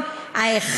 .